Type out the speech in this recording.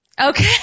Okay